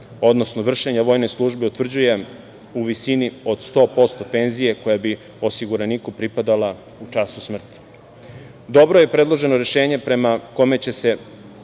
odnosno vršenja vojne službe, utvrđuje u visini od 100% penzije koja bi osiguraniku pripadala u času smrti. Dobro je predloženo rešenje prema kome će se,